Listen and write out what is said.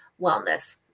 wellness